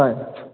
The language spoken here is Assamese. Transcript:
হয়